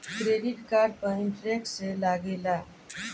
Credit card पर interest लागेला?